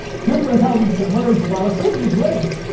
super intelligence could emerge, and while it could be great,